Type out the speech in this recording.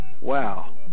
wow